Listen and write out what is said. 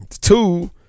Two